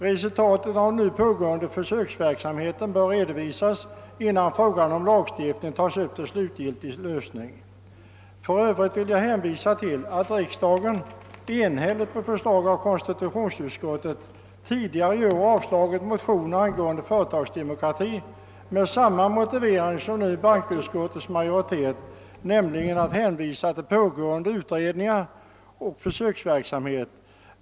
Resultatet av pågående försöksverksamhet bör redovisas innan frågan om lagstiftning tas upp till slutgiltig lösning. För övrigt vill jag hänvisa till att riksdagen enhälligt på förslag av konstitutionsutskottet tidigare i år avsla git motioner angående företagsdemokrati. Motiveringen var då densamma som den bankoutskottets majoritet nu anför, nämligen en hänvisning till pågående utredningar och försöksverksamhet.